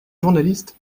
journalistes